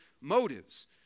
motives